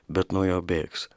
bet nuo jo bėgs